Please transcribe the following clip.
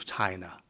China